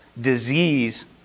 disease